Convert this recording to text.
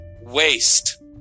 waste